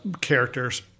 characters